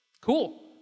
cool